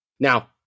Now